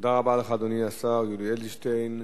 תודה רבה, אדוני השר יולי אדלשטיין.